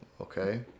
okay